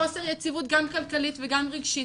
חוסר יציבות גם כלכלית וגם רגשית,